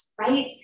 right